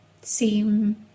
seem